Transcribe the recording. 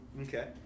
Okay